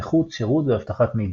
איכות שירות ואבטחת מידע.